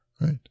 right